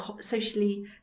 socially